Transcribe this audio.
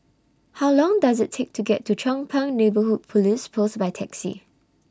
How Long Does IT Take to get to Chong Pang Neighbourhood Police Post By Taxi